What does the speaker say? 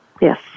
Yes